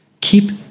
Keep